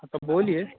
हाँ तो बोलिए